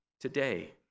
today